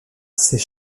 sait